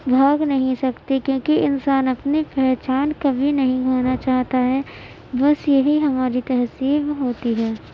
بھاگ نہیں سکتے کیوں کہ انسان اپنی پہچان کبھی نہیں کھونا چاہتا ہے بس یہی ہماری تہذیب ہوتی ہے